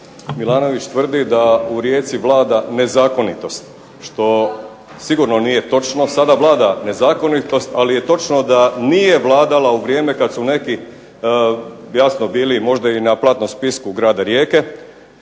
Milanović tvrdi da u Rijeci vlada nezakonitost što sigurno nije točno. Sada vlada nezakonitost, ali je točno da nije vladala u vrijeme kad su neki jasno bili možda i na platnom spisku Grada Rijeka.